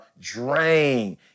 Drain